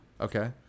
Okay